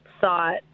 thought